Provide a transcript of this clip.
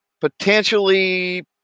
potentially